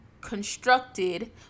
constructed